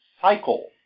cycle